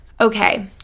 okay